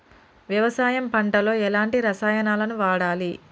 వ్యవసాయం పంట లో ఎలాంటి రసాయనాలను వాడాలి?